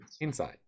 Inside